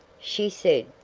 she said,